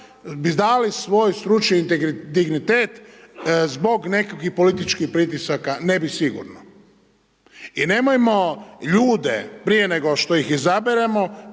bi dali svoj stručni dignitet zbog nekakvih političkih pritisaka? Ne bi sigurno. I nemojmo ljude prije nego što ih izaberemo,